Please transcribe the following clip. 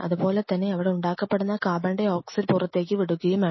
അതുപോലെതന്നെ അവിടെ ഉണ്ടാക്കപ്പെടുന്ന കാർബൺ ഡൈ ഓക്സൈഡ് പുറത്തേക്ക് വിടുകയും വേണം